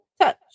touch